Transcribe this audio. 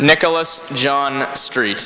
nicholas john street